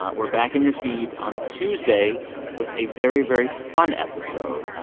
ah we're back in your feeds on tuesday with a very, very fun episode.